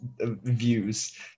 views